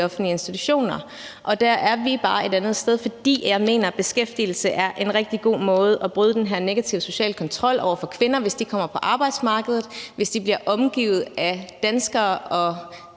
i offentlige institutioner. Der er vi bare et andet sted. For jeg mener, at beskæftigelse er en rigtig god måde at bryde den her negative sociale kontrol over for kvinder på. Hvis de kommer på arbejdsmarkedet, og hvis de bliver omgivet af danskere og